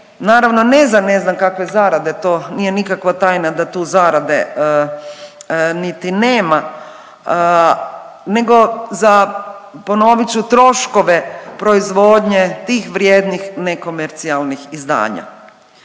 naravno ne za ne znam kakve zarade. To nije nikakva tajna da tu zarade niti nema, nego za ponovit ću troškove proizvodnje tih vrijednih nekomercijalnih izdanja.